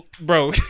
bro